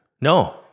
No